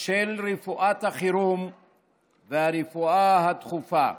של רפואת החירום והרפואה הדחופה.